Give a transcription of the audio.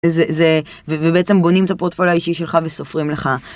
זה זה... ו...ובעצם בונים את הפורטפוליו האישי שלך וסופרים לך.